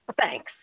thanks